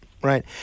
Right